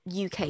UK